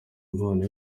impano